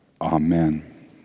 Amen